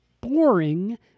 boring